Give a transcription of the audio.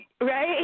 Right